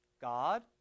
God